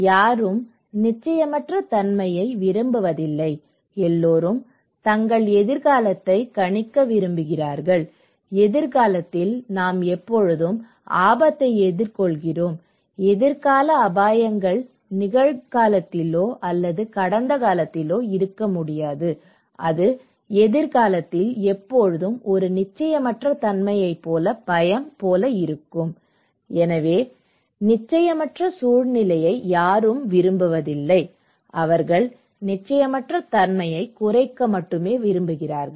யாரும் நிச்சயமற்ற தன்மையை விரும்புவதில்லை எல்லோரும் தங்கள் எதிர்காலத்தை கணிக்க விரும்புகிறார்கள் எதிர்காலத்தில் நாம் எப்போதும் ஆபத்தை எதிர்கொள்கிறோம் எதிர்கால அபாயங்கள் நிகழ்காலத்திலோ அல்லது கடந்த காலத்திலோ இருக்க முடியாது அது எதிர்காலத்தில் எப்போதும் ஒரு நிச்சயமற்ற தன்மையைப் போல பயம் போல இருக்கும் எனவே நிச்சயமற்ற சூழ்நிலையை யாரும் விரும்புவதில்லை அவர்கள் நிச்சயமற்ற தன்மையைக் குறைக்க விரும்புகிறார்கள்